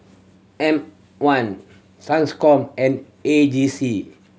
M One Transcom and A J C